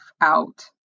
out